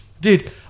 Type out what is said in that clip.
dude